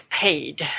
paid